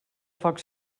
foc